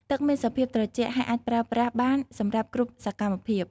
ទឹកមានសភាពត្រជាក់ ហើយអាចប្រើប្រាស់បានសម្រាប់គ្រប់សកម្មភាព។